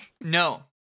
No